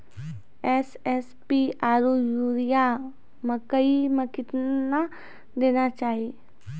SSP आरु urea मकई मे कितना देना चाहिए?